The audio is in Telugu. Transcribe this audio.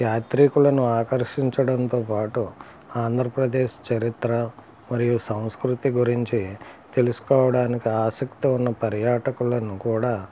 యాత్రికులను ఆకర్షించడంతోపాటు ఆంధ్రప్రదేశ్ చరిత్ర మరియు సంస్కృతి గురించి తెలుసుకోవడానికి ఆసక్తి ఉన్న పర్యాటకులను కూడా